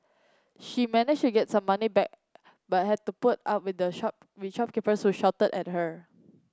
she managed get some money back but had to put up with the shop with shopkeepers shouted at her